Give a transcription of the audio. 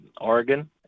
Oregon